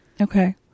Okay